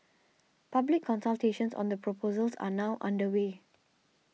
public consultations on the proposals are now underway